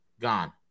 Gone